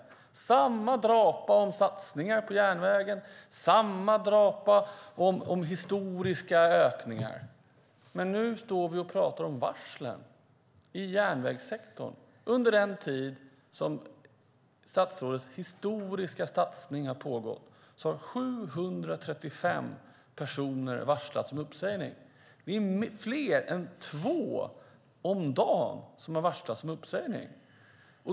Det var samma drapa om satsningar på järnvägen och om historiska ökningar. Men nu står vi och pratar om varsel i järnvägssektorn. Under den tid som statsrådets historiska satsning har pågått har 735 personer varslats om uppsägning. Det är fler än två om dagen som har varslats om uppsägning.